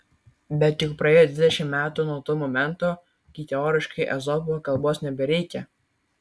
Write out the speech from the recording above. bet juk praėjo dvidešimt metų nuo to momento kai teoriškai ezopo kalbos nebereikia